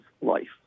life